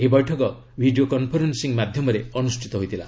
ଏହି ବୈଠକ video conferencing ମାଧ୍ୟମରେ ଅନୁଷ୍ଠିତ ହୋଇଥିଲା